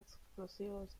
explosivos